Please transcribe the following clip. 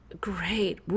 Great